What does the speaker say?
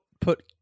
put